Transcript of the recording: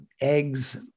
eggs